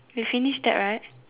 we finish that right